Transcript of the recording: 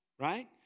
right